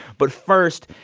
but first,